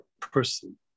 person